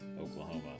oklahoma